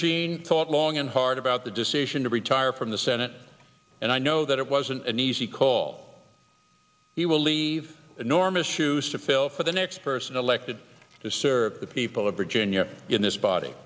thought long and hard about the decision to retire from the senate and i know that it wasn't an easy call he will leave enormous shoes to fill for the next person elected to serve the people of virginia in this body